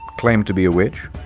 claimed to be a witch.